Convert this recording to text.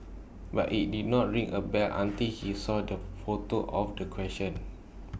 but IT did not ring A bell until he saw the photo of the question